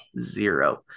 Zero